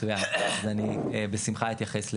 מצוין, אז אני בשמחה אתייחס לזה.